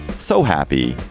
so happy.